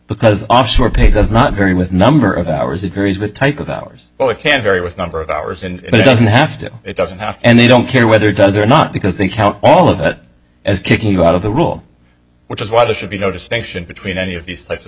because offshore pay does not vary with number of hours it varies with type of hours but it can vary with number of hours and it doesn't have to it doesn't have and they don't care whether does or not because they count all of it as kicking you out of the rule which is why there should be no distinction between any of these types of